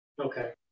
Okay